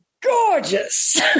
gorgeous